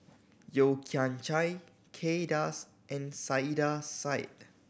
Yeo Kian Chai Kay Das and Saiedah Said